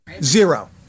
Zero